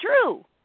true